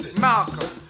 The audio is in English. Malcolm